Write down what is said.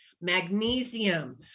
magnesium